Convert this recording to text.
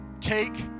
take